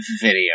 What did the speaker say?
video